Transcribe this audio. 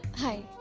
hi.